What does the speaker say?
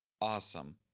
Awesome